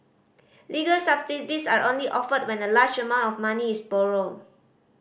legal subsidies are only offered when a large amount of money is borrowed